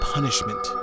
Punishment